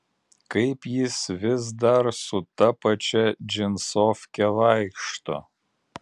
kaip jis vis dar su ta pačia džinsofke vaikšto